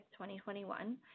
2021